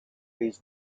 his